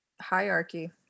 hierarchy